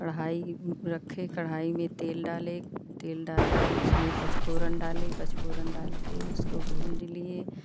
कढ़ाई रखे कढ़ाई में तेल डाले तेल डाल के उसमे पंच फोड़न डाले पंच फोड़न डाल के उसको भूंज लिए